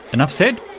enough said,